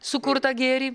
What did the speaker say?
sukurtą gėrį